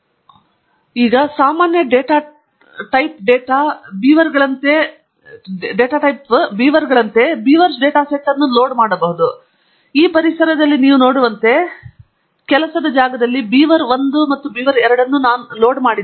ಆದ್ದರಿಂದ ಸಾಮಾನ್ಯ type data ಬೀವರ್ಗಳಂತೆ ಬೀವರ್ಸ್ ಡೇಟಾ ಸೆಟ್ ಅನ್ನು ಲೋಡ್ ಮಾಡಲು ಮತ್ತು ಇಲ್ಲಿ ಪರಿಸರದಲ್ಲಿ ನೀವು ನೋಡುವಂತೆ ಕೆಲಸದ ಜಾಗವು beaver1 ಮತ್ತು beaver2 ಅನ್ನು ಲೋಡ್ ಮಾಡಲಾಗಿದೆ